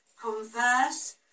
converse